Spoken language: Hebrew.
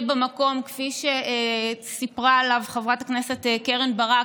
במקום כפי שסיפרה עליו חברת הכנסת קרן ברק,